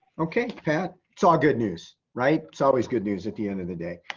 okay pat, it's all good news, right? it's always good news at the end of the day.